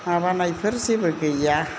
माबानायफोर जेबो गैया